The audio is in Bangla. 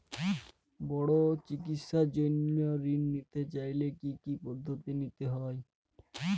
বড় চিকিৎসার জন্য ঋণ নিতে চাইলে কী কী পদ্ধতি নিতে হয়?